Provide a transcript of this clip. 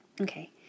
Okay